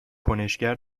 کنشگر